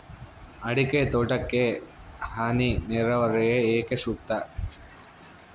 ಅಡಿಕೆ ತೋಟಕ್ಕೆ ಹನಿ ನೇರಾವರಿಯೇ ಏಕೆ ಸೂಕ್ತ?